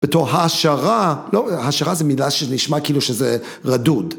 בתור העשרה, לא, העשרה זה מילה שנשמע כאילו שזה רדוד.